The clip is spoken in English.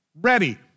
ready